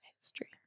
History